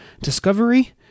Discovery